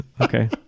Okay